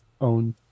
own